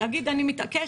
יגיד: אני מתעקש,